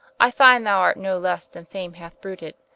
i finde thou art no lesse then fame hath bruited,